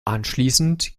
anschließend